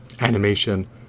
animation